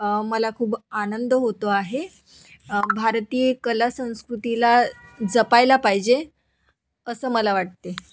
मला खूप आनंद होतो आहे भारतीय कला संस्कृतीला जपायला पाहिजे असं मला वाटते